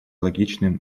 логичным